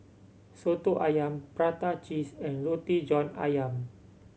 Soto Ayam prata cheese and Roti John Ayam